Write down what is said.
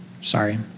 sorry